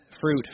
fruit